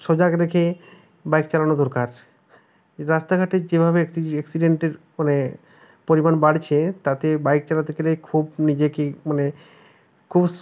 সজাগ রেখে বাইক চালানো দরকার রাস্তাঘাটে যেভাবে অ্যাক্সি অ্যাক্সিডেন্টের মানে পরিমাণ বাড়ছে তাতে বাইক চালাতে গেলে খুব নিজেকে মানে খুশ